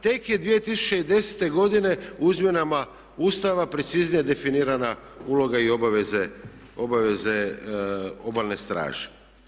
Tek je 2010. godine u izmjenama Ustava preciznije definirana uloga i obaveze Obalne straže.